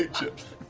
ah chips.